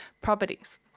properties